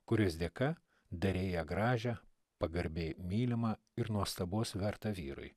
kuris dėka deja gražią pagarbiai mylimą ir nuostabus vertą vyrui